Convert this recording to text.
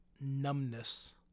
numbness